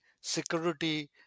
security